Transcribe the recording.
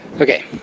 Okay